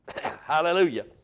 Hallelujah